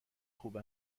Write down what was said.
خوب